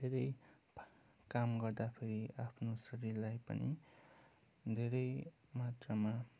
धेरै काम गर्दाखेरि आफ्नो शरीरलाई पनि धेरै मात्रामा